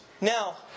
Now